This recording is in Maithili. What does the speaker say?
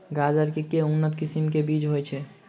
गाजर केँ के उन्नत किसिम केँ बीज होइ छैय?